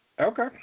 Okay